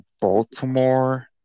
Baltimore